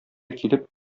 килеп